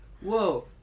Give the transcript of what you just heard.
whoa